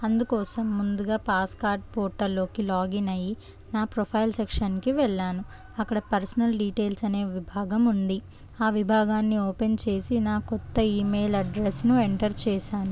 అందుకోసం ముందుగా పాస్కార్డ్ పోర్టల్లోకి లాగిన్ అయ్యి నా ప్రొఫైల్ సెక్షన్కి వెళ్ళాను అక్కడ పర్సనల్ డీటెయిల్స్ అనే విభాగం ఉంది ఆ విభాగాన్ని ఓపెన్ చేసి నా కొత్త ఈమెయిల్ అడ్రస్ను ఎంటర్ చేశాను